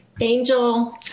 Angel